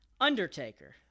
Undertaker